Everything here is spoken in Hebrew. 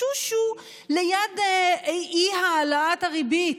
בשו-שו ליד אי-העלאת הריבית,